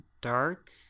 dark